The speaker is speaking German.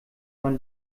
man